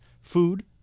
Food